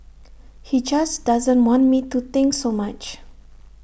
he just doesn't want me to think so much